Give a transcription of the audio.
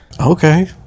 okay